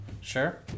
Sure